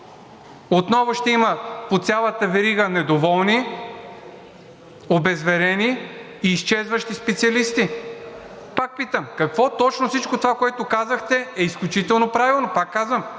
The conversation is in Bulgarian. отново ще има по цялата верига недоволни, обезверени и изчезващи специалисти. Пак питам: какво точно от всичко това, което казахте, е изключително правилно, повтарям,